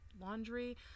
laundry